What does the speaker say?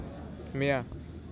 म्या